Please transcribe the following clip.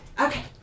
Okay